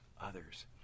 others